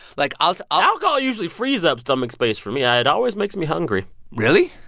like ah like. alcohol usually frees up stomach space for me. ah it always makes me hungry really?